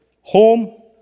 home